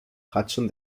hudson